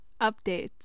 Updates